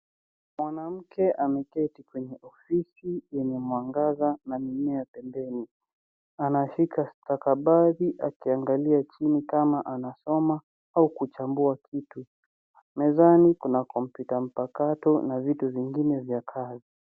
Mwanamke ameketi kwenye ofisi yenye mwangaza na mimea pembeni . Anashika stakabadhi akiangalia chini kama anasoma au kuchambua kitu. Mezani kuna kompyuta mpakato na vitu vingine vya kazi.